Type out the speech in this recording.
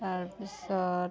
তাৰপিছত